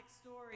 story